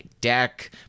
deck